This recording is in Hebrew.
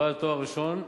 בעל תואר ראשון,